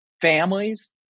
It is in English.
families